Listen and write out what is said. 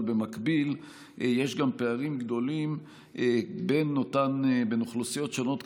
אבל יש גם פערים גדולים בין אוכלוסיות שונות,